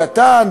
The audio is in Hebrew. קטן,